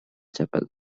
chapel